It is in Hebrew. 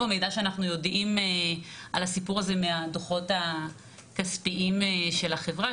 המידע שאנחנו יודעים על הסיפור הזה מהדוחות הכספיים של החברה,